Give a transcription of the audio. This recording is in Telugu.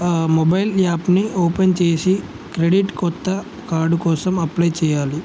మొబైల్ యాప్ని ఓపెన్ చేసి క్రెడిట్ కొత్త కార్డు కోసం అప్లై చేయ్యాలి